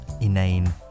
inane